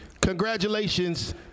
Congratulations